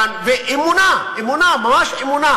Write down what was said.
ואמונה, ממש אמונה